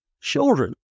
children